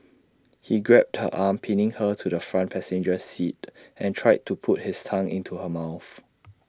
he grabbed her arms pinning her to the front passenger seat and tried to put his tongue into her mouth